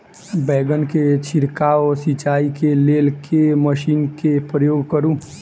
बैंगन केँ छिड़काव सिचाई केँ लेल केँ मशीन केँ प्रयोग करू?